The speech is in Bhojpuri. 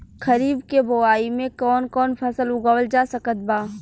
खरीब के बोआई मे कौन कौन फसल उगावाल जा सकत बा?